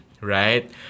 right